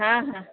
ହଁ ହଁ